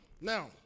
Now